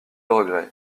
regret